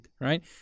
right